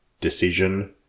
decision